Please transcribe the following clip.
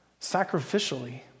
sacrificially